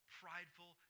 prideful